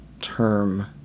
term